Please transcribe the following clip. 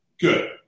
Good